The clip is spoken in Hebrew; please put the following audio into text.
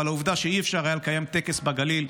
אבל העובדה שאי-אפשר היה לקיים טקס בגליל,